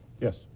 Yes